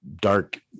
dark